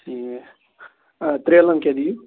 ٹھیٖک آ ترٛیلن کیٛاہ دِیِو